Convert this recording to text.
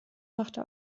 machte